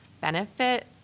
benefit